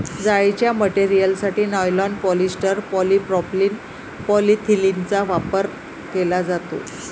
जाळीच्या मटेरियलसाठी nylon, polyester, polypropylene, polyethylene यांचा वापर केला जातो